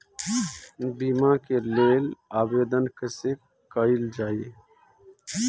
बीमा के लेल आवेदन कैसे कयील जाइ?